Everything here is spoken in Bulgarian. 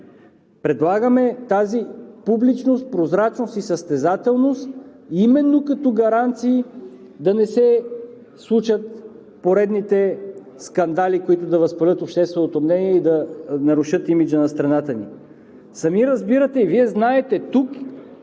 Предлагаме тази публичност, прозрачност и състезателност именно като гаранции да не се случат поредните скандали, които да възпалят общественото мнение и да нарушат имиджа на страната ни. Сами разбирате и Вие знаете,